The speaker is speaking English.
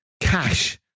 cash